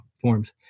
forms